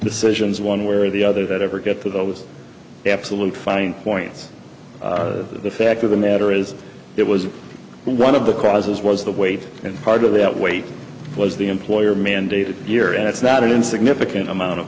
decisions one where the other that ever get to that was absolute fine points the fact of the matter is it was one of the causes was the weight and part of that weight was the employer mandate a year and it's not an insignificant amount of